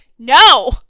no